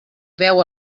beu